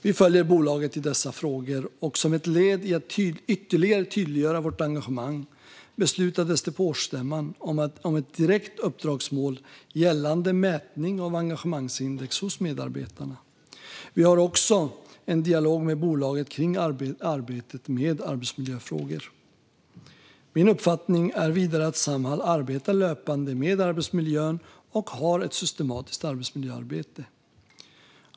Vi följer bolaget i dessa frågor, och som ett led i att ytterligare tydliggöra vårt engagemang beslutades det på årsstämman om ett direkt uppdragsmål gällande mätning av engagemangsindex hos medarbetarna. Vi har också en dialog med bolaget kring arbetet med arbetsmiljöfrågor. Min uppfattning är vidare att Samhall arbetar löpande med arbetsmiljön och har ett systematiskt arbetsmiljöarbete.